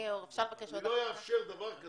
אני לא אאפשר דבר כזה.